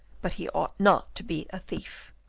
but he ought not to be a thief.